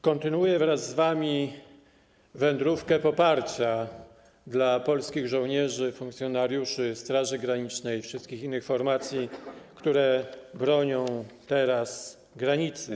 Kontynuuję wraz z wami wędrówkę poparcia dla polskich żołnierzy, funkcjonariuszy Straży Granicznej, wszystkich innych formacji, które bronią teraz granicy.